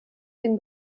den